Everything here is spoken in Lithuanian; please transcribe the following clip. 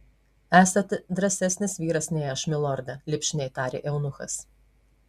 esate drąsesnis vyras nei aš milorde lipšniai tarė eunuchas